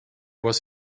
was